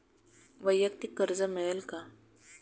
वैयक्तिक कर्ज मिळेल का?